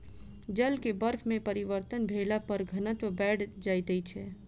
जल के बर्फ में परिवर्तन भेला पर घनत्व बैढ़ जाइत छै